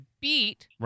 beat